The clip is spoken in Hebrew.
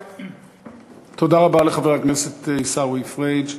תודה רבה לחבר הכנסת עיסאווי פריג'.